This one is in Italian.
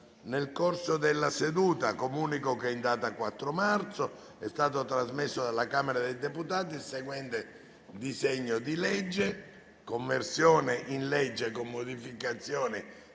una nuova finestra"). Comunico che in data 4 marzo è stato trasmesso dalla Camera dei deputati il seguente disegno di legge: «Conversione in legge, con modificazioni,